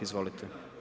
Izvolite.